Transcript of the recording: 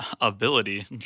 ability